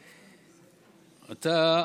אתה,